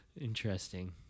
Interesting